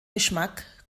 geschmack